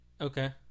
Okay